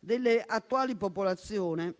Nelle attuali fasce di popolazione